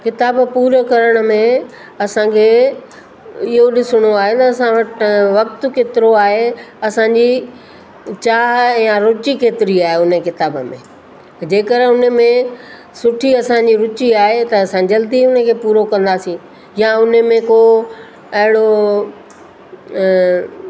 किताबु पूरो करण में असांखे इहो ॾिसणो आहे त असां वटि वक़्तु केतिरो आहे असांजी चाह या रुचि केतिरी आहे हुन किताब में जेकरि हुन में सुठी असांजी रुचि आहे त असां जल्दी हुनखे पूरो कंदासीं या हुन में को अहिड़ो